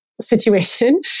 situation